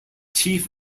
chief